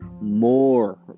more